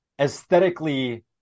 aesthetically